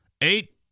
Eight